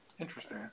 interesting